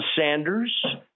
Sanders